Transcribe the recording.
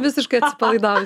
visiškai atsipalaidavus